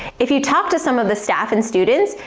if you talk to some of the staff and students,